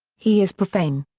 he is profane.